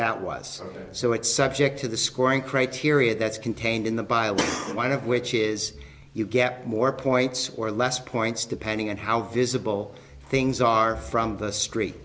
that was so it's subject to the scoring criteria that's contained in the bible one of which is you get more points or less points depending on how visible things are from the street